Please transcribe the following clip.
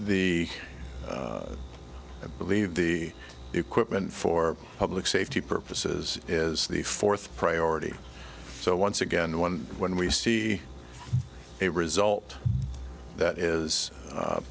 e i believe the equipment for public safety purposes is the fourth priority so once again one when we see a result that is